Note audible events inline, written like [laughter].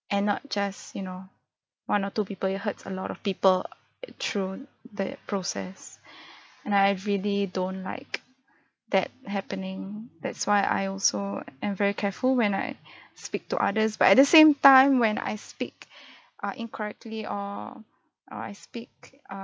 and not just you know one or two people it hurts a lot of people through the process [breath] and I really don't like [noise] that happening that's why I also am very careful when I [breath] speak to others but at the same time when I speak [breath] uh incorrectly or uh I speak uh